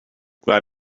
glad